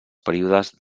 períodes